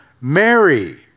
Mary